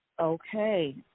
Okay